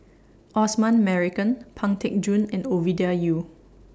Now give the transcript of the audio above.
Osman Merican Pang Teck Joon and Ovidia Yu